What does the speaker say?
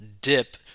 dip